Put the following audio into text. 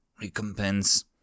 recompense